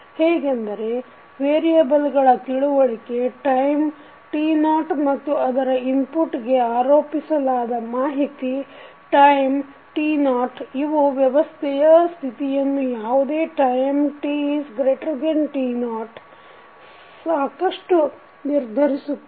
ಹೇಗೆಂದರೆ ವೇರಿಯಬಲ್ಗಳ ತಿಳುವಳಿಕೆ ಟೈಮ್ t0 ಮತ್ತು ಅದರ ಇನ್ಪುಟ್ ಗೆ ಆರೋಪಿಸಲಾದ ಮಾಹಿತಿ ಟೈಮ್t0 ಇವು ವ್ಯವಸ್ಥೆಯ ಸ್ಥಿತಿಯನ್ನು ಯಾವುದೇ ಟೈಮ್ ttoಸಾಕಷ್ಟು ನಿರ್ಧರಿಸುತ್ತವೆ